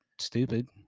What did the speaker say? stupid